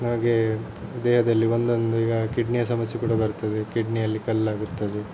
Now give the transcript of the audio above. ನಮಗೆ ದೇಹದಲ್ಲಿ ಒಂದೊಂದು ಈಗ ಕಿಡ್ನಿಯ ಸಮಸ್ಯೆಗಳು ಬರುತ್ತದೆ ಕಿಡ್ನಿಯಲ್ಲಿ ಕಲ್ಲಾಗುತ್ತದೆ